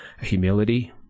humility